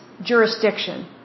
jurisdiction